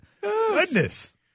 Goodness